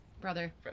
brother